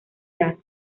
edad